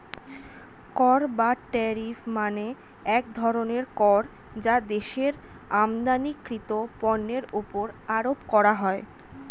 কর বা ট্যারিফ মানে এক ধরনের কর যা দেশের আমদানিকৃত পণ্যের উপর আরোপ করা হয়